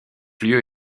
lieu